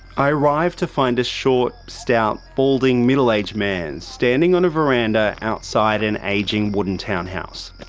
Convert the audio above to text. i arrive to find a short, stout, balding middle-aged man standing on a veranda outside an aging wooden townhouse.